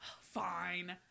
fine